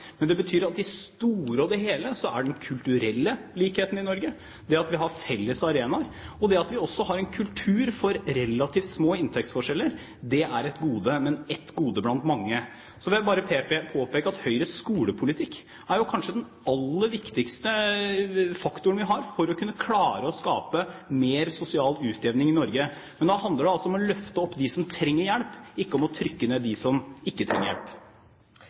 Men det betyr at i det store og hele er den kulturelle likheten i Norge, det at vi har felles arenaer, og at vi også har en kultur for relativt små inntektsforskjeller, et gode, men et gode blant mange. Så vil jeg bare påpeke at Høyres skolepolitikk kanskje er den aller viktigste faktoren vi har for å kunne skape mer sosial utjevning i Norge. Men da handler det om å løfte opp dem som trenger hjelp, ikke om å trykke ned dem som ikke trenger hjelp.